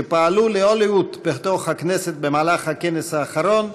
שפעלו ללא לאות בתוך הכנסת במהלך הכנס האחרון,